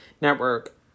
network